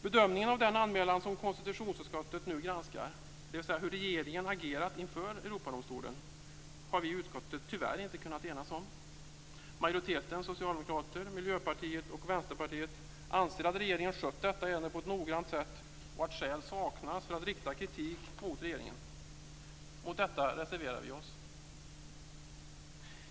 Bedömningen av den anmälan som konstitutionsutskottet nu granskar, dvs. hur regeringen agerat inför Europadomstolen, har vi i utskottet tyvärr inte kunnat enas om. Majoriteten, Socialdemokraterna, Miljöpartiet och Vänsterpartiet, anser att regeringen har skött detta ärende på ett noggrant sätt och att skäl saknas för att rikta kritik mot regeringen. Mot detta reserverar vi oss.